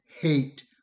hate